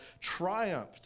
triumphed